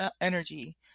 energy